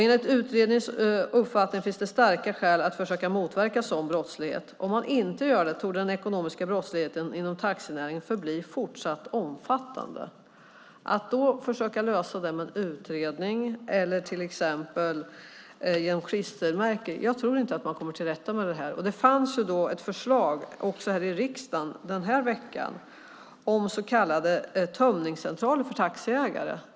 Enligt utredningens uppfattning finns det starka skäl att försöka motverka sådan brottslighet . Om någon sådan reglering inte sker torde den ekonomiska brottsligheten inom taxinäringen förbli fortsatt omfattande." Att lösa detta med en utredning eller ett klistermärke tror jag inte går. Jag tror inte att man kommer till rätta med det. Det fanns ett förslag här i riksdagen nu i veckan om så kallade tömningscentraler för taxiägare.